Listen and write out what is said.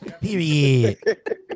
Period